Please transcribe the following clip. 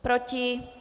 Proti?